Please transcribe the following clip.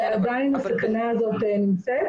ועדיין הסכנה הזאת נמצאת.